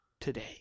today